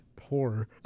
horror